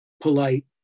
polite